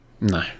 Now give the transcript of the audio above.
No